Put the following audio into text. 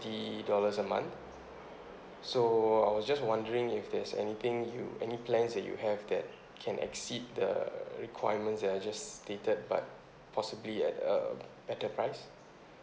dollars a month so I was just wondering if there's anything you any plans that you have that can exceed the requirements that I just stated but possibly at a better price